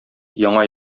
яңа